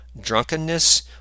drunkenness